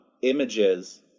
images